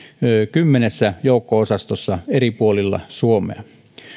kymmenessä joukko osastossa eri puolilla suomea